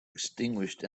extinguished